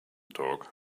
talk